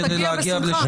כדי להגיע לישיבת הסיעה?